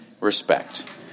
respect